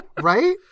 Right